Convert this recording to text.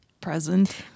present